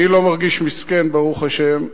אני לא מרגיש מסכן, ברוך השם,